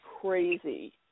crazy